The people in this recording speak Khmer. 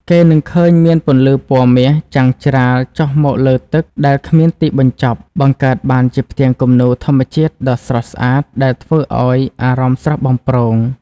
គេនឹងឃើញមានពន្លឺពណ៌មាសចាំងច្រាលចុះមកលើទឹកដែលគ្មានទីបញ្ចប់បង្កើតបានជាផ្ទាំងគំនូរធម្មជាតិដ៏ស្រស់ស្អាតដែលធ្វើឱ្យអារម្មណ៍ស្រស់បំព្រង។